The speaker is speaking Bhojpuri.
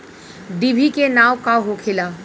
डिभी के नाव का होखेला?